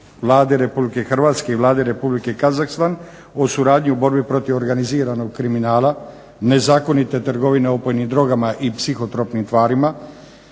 Vlade Republike Hrvatske i Vlade Republike Kazahstan o suradnji u borbi protiv organiziranog kriminala, nezakonite trgovine opojnim drogama i psihotropnim tvarima,